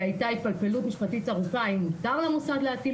והייתה התפלפלות משפטית ארוכה האם מותר למוסד להטיל